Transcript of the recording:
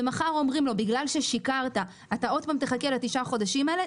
ומחר אומרים לו: בגלל ששיקרת אתה תחכה עוד פעם לתשעה החודשים האלה,